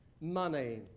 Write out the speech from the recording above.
money